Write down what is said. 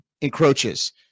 encroaches